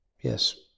yes